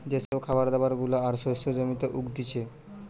যে সব খাবার দাবার গুলা আর শস্য জমিতে উগতিচে